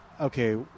Okay